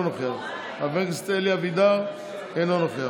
אינו נוכח,